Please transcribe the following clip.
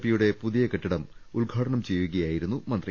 പിയുടെ പുതിയ കെട്ടിടം ഉദ്ഘാടനം ചെയ്യുകയായിരുന്നു മന്ത്രി